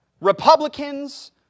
Republicans